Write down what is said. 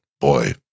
Boy